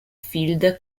field